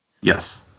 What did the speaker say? Yes